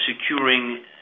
securing